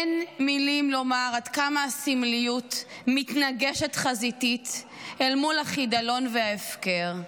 אין מילים לומר עד כמה הסמליות מתנגשת חזיתית אל מול החידלון וההפקר,